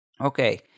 Okay